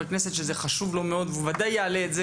כנסת שזה חשוב לו מאוד והוא ודאי יעלה את זה,